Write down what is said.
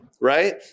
right